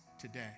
today